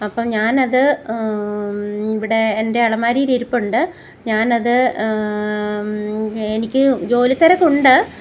അപ്പോൾ ഞാനത് ഇവിടെ എൻ്റെ അലമാരിയിൽ ഇരിപ്പുണ്ട് ഞാനത് എനിക്ക് ജോലി തിരക്കുണ്ട്